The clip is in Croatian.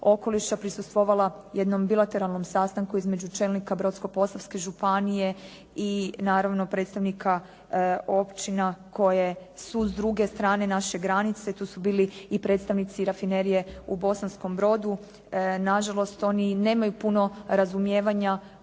prisustvovala jednom bilateralnom sastanku između čelnika Brodsko-posavske županije i naravno predstavnika općina koji su s druge strane naše granice, tu su bili i predstavnici rafinerije u Bosanskom brodu, nažalost oni nemaju puno razumijevanja